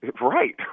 right